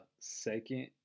second